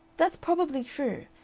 that's probably true.